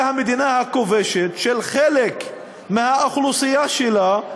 המדינה הכובשת של חלק מהאוכלוסייה שלה,